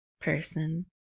person